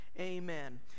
Amen